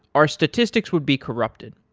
our statistics would be corrupted.